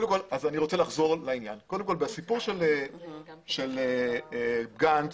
בסיפור של גנץ,